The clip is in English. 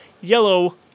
Yellow